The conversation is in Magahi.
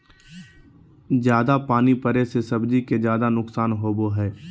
जयादा पानी पड़े से सब्जी के ज्यादा नुकसान होबो हइ